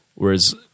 Whereas